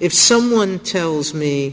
if someone tells me